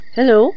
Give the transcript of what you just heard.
Hello